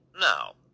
now